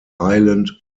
island